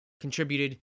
contributed